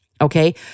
Okay